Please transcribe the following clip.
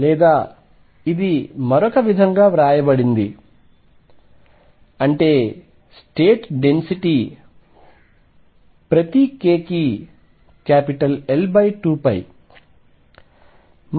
లేదా ఇది మరొక విధంగా వ్రాయబడింది అంటే స్టేట్ డెన్సిటీ ప్రతి k కి L2π